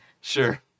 Sure